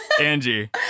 Angie